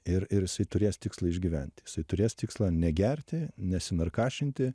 ir ir jisai turės tikslą išgyventi jisai turės tikslą negerti nesinarkašinti